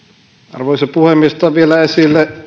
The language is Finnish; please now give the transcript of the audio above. arvoisa puhemies otan vielä esille